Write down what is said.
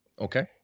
Okay